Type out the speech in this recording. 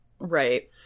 Right